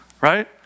Right